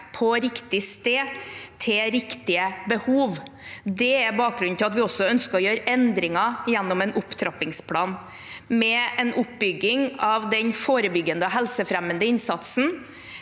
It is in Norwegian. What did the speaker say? på riktig sted til riktige behov. Det er bakgrunnen for at vi ønsker å gjøre endringer gjennom en opptrappingsplan, med en oppbygging av den forebyggende og helsefremmende innsatsen,